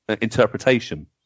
interpretation